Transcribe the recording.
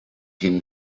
him